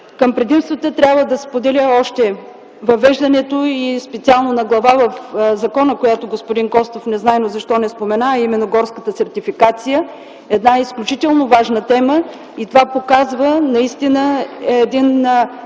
Към предимствата трябва да споделя още: въвеждането специално на глава в закона, която господин Костов незнайно защо не спомена, а именно горската сертификация – една изключително важна тема. Това показва наистина един